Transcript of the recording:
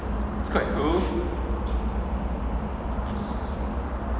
it's quite cool